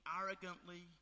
arrogantly